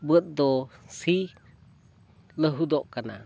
ᱵᱟᱹᱫᱽ ᱫᱚ ᱥᱤ ᱞᱟᱹᱦᱩᱫᱚᱜ ᱠᱟᱱᱟ